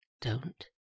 Don't